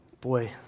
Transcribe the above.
boy